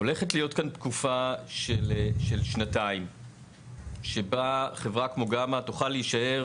הולכת להיות כאן תקופה של שנתיים שבה חברה כמו גמא תוכל להישאר,